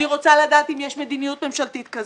אני רוצה לדעת אם יש מדיניות ממשלתית כזאת.